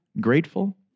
grateful